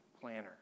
planner